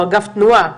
או אגף תנועה,